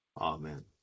Amen